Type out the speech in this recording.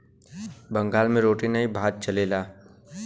बंगाल मे रोटी नाही भात चलेला